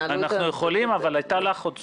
אנחנו יכולים, אבל הייתה לך עוד סוגיה.